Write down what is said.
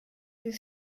les